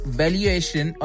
valuation